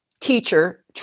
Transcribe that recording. teacher